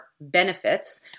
benefits